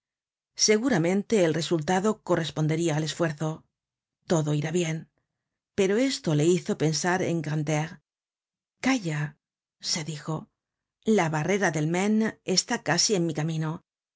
seguramente el resultado corresponderia al esfuerzo todo iba bien pero esto le hizo pensar en grantaire calla se dijo la barrera del maine está casi en mi camino